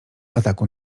ataku